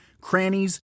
crannies